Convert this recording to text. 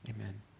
Amen